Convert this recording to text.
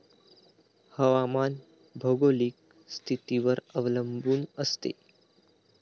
हवामान भौगोलिक स्थितीवर अवलंबून असते